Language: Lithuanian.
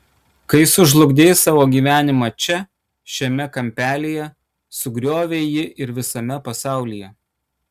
kai sužlugdei savo gyvenimą čia šiame kampelyje sugriovei jį ir visame pasaulyje